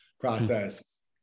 process